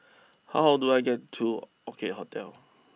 how do I get to Orchid Hotel